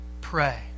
Pray